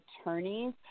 attorneys